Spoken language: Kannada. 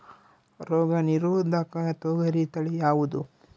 ರೋಗ ನಿರೋಧಕ ತೊಗರಿ ತಳಿ ಯಾವುದು?